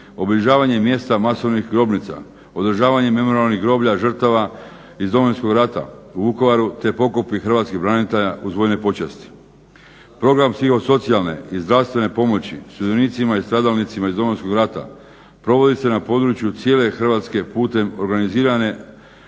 obilježavanje mjesta masovnih grobnica, održavanje memorijalnih groblja žrtava iz Domovinskog rata u Vukovaru te pokopi hrvatskih branitelja uz vojne počasti. Program psihosocijalne i zdravstvene pomoći sudionicima i stradalnicima iz Domovinskog rata provodi se na području cijele Hrvatske putem organizirane